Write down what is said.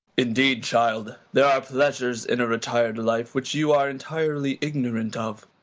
indeed, child, there are pleasures in a retired life, which you are entirely ignorant of.